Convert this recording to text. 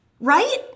right